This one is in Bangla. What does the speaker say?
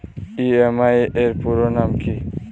ই.এম.আই এর পুরোনাম কী?